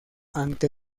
ante